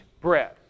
bread